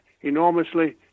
enormously